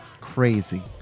Crazy